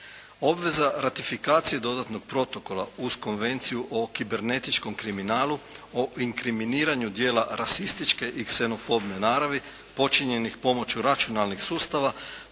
Obveza ratifikacije dodatnog protokola uz Konvenciju o kibernetičkom kriminalu, o inkriminiranju djela rasističke i ksenofobne naravi počinjenih pomoću računalnih sustava